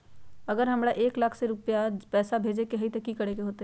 अगर हमरा एक लाख से ऊपर पैसा भेजे के होतई त की करेके होतय?